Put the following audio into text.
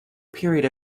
period